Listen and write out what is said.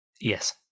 yes